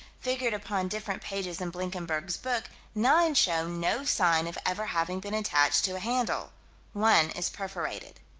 figured upon different pages in blinkenberg's book, nine show no sign of ever having been attached to a handle one is perforated.